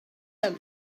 him